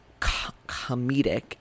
comedic